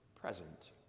present